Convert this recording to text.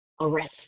arrest